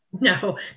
No